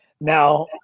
Now